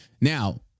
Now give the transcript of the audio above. Now